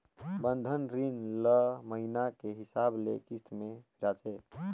बंधन रीन ल महिना के हिसाब ले किस्त में फिराथें